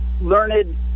learned